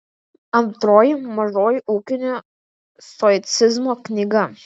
antroji mažoji ūkinio stoicizmo knyga